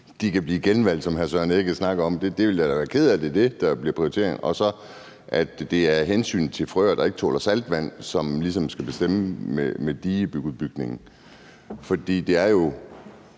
kan blive genvalgt, som hr. Søren Egge Rasmussen snakkede om. Det ville jeg da være ked af, hvis det er det, der bliver prioriteret. Og det gælder også, hvis det er hensynet til frøer, der ikke tåler saltvand, som ligesom skal bestemme over digeudbygningen. Jeg er glad